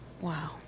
Wow